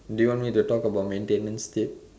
do you want me to talk about maintenance tip